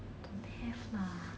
don't have lah